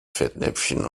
fettnäpfchen